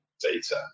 data